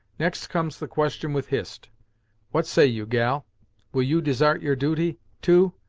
next comes the question with hist what say you gal will you desart your duty, too,